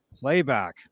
playback